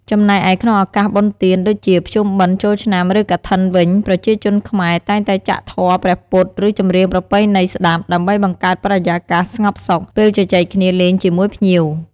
ចំំណែកឯក្នុងឱកាសបុណ្យទាន ដូចជា ភ្ជុំបិណ្ធ ចូលឆ្នាំ ឬ កឋិនវិញ ប្រជាជនខ្មែរតែងតែចាក់ធម៌ព្រះពុទ្ធ ឬ ចម្រៀងប្រពៃណីស្ដាប់ ដើម្បីបង្កើតបរិយាកាសស្ងប់សុខ ពេលជជែកគ្នាលេងជាមួយភ្ញៀវ។